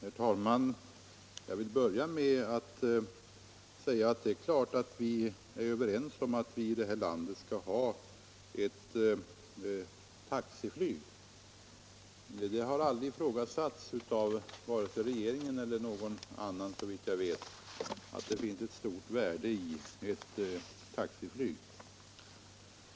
Herr talman! Jag vill börja med att säga att vi självfallet är överens om att vi i det här landet skall ha ett taxiflyg. Det har såvitt jag vet aldrig ifrågasatts av vare sig regeringen eller någon annan att det finns ett stort värde i taxiflyg.